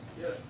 Yes